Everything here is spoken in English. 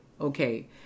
okay